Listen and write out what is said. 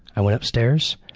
i went upstairs